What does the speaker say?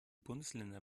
bundesländer